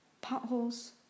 potholes